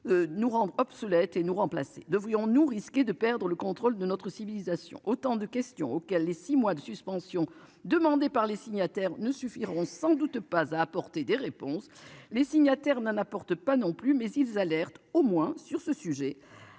Nous rendent obsolètes et nous remplacer, devrions-nous risquer de perdre le contrôle de notre civilisation. Autant de questions auxquelles les 6 mois de suspension demandée par les signataires ne suffiront sans doute pas à apporter des réponses. Les signataires n'a, n'apporte pas non plus mais ils alerte au moins sur ce sujet.